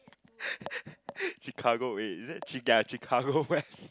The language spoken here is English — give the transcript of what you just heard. Chicago eh is that Chi~ Chicago west